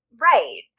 Right